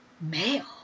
male